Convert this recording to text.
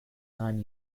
nine